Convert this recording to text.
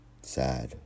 sad